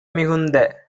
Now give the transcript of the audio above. மிகுந்த